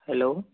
hello